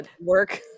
work